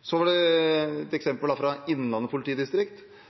hvis det skjer noe på Nesodden. Så var det et eksempel fra Innlandet politidistrikt, som er det